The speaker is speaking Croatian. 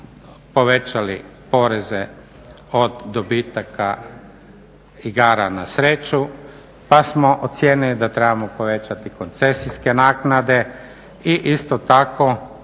povećali poreze od dobitaka igara na sreću, pa smo ocijenili da trebamo povećati koncesijske naknade i isto tako